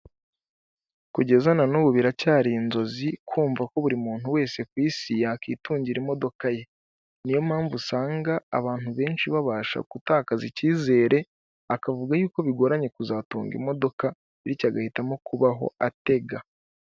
Kugeza na n'ubu biracyari inzozi kumva ko buri muntu wese ku isi yakwitungira imodoka ye. Niyo mpamvu usanga abantu benshi babasha gutakaza icyizere, akavuga yuko bigoranye kuzatunga imodoka bityo agahitamo kubaho atega.